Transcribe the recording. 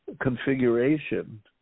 configuration